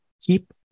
keep